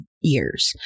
years